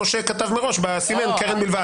הנושה כתב מראש וסימן: קרן בלבד.